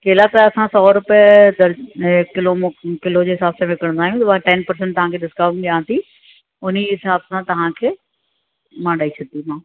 केला त असां सौ रुपए दर किलो मो किलो जे हिसाब सां विकिणंदा आहियूं बाक़ी टैन परसंट तव्हांखे डीस्काउंट ॾियां थी उन्ही हिसाब सां तव्हांखे मां ॾई छॾींदीमांव